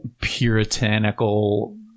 puritanical